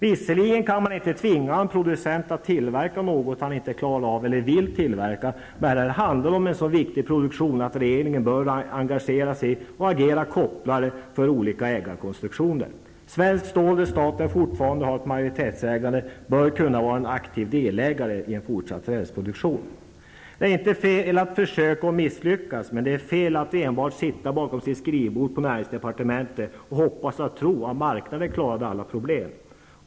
Visserligen kan man inte tvinga en producent att ha en tillverkning som producenten inte klarar av eller inte vill ha. Men här handlar det om en produktion som är så viktig att regeringen bör engagera sig och agera kopplare för olika ägarkonstruktioner. Svenskt Stål, där staten fortfarande har ett majoritetsägande, bör kunna vara en aktiv delägare i fråga om en fortsatt rälsproduktion. Det är inte fel att försöka, även om man misslyckas. Däremot är det fel att enbart sitta bakom sitt skrivbord på näringsdepartementet och hoppas, eller tro, att marknaden klarar alla problem.